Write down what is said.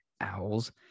owls